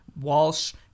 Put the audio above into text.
Walsh